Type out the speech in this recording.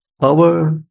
Power